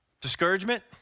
Discouragement